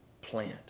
plant